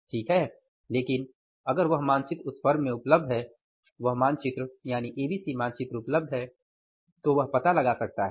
ठीक है लेकिन अगर वह मानचित्र उस फर्म में उपलब्ध है वह मानचित्र एबीसी मानचित्र उपलब्ध है तो वह पता लगा सकता है